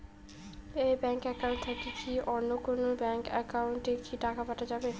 এই bank account থাকি কি অন্য কোনো ব্যাংক একাউন্ট এ কি টাকা পাঠা যাবে?